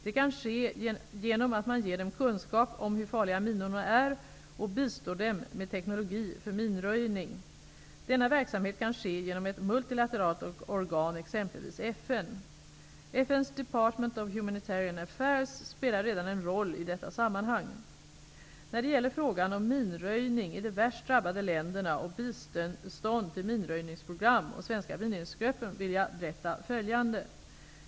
Det kan ske genom att man ger dem kunskap om hur farliga minorna är och bistår dem med teknologi för minröjning. Denna verksamhet kan ske genom ett multilateralt organ -- exempelvis FN. FN:s Department of Humanitarian Affairs spelar redan en roll i detta sammanhang. När det gäller frågan om minröjning i de värst drabbade länderna och bistånd till minröjningsprogram och svenska minröjningsgrupper vill jag berätta följande.